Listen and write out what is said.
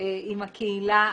עם הקהילה,